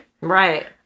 Right